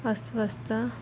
ಅಸ್ವಸ್ಥ